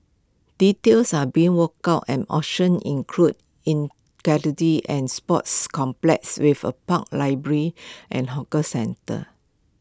details are being worked out and options include integrating and sports complex with A park library and hawker centre